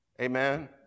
Amen